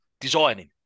designing